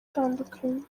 itandukanye